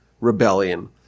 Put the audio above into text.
rebellion